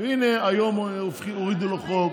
והינה היום הורידו לו חוק